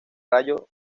rayo